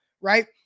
right